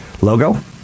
logo